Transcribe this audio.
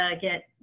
get